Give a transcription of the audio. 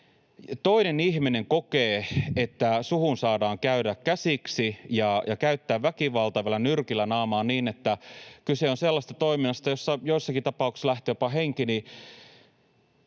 toinen ihminen kokee, että sinuun saadaan käydä käsiksi ja käyttää väkivaltaa ja lyödä vielä nyrkillä naamaan, niin että kyse on sellaisesta toiminnasta, jossa joissakin tapauksissa jopa lähtee henki